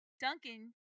Duncan